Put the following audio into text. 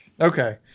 Okay